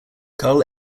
carl